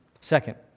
Second